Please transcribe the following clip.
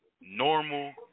normal